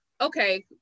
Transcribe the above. okay